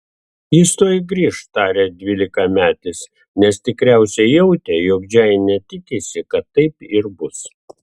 jis tuoj grįš tarė dvylikametis nes tikriausiai jautė jog džeinė tikisi kad taip ir bus